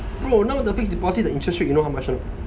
bro now the fixed deposit the interest rate you know how much a not